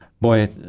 Boy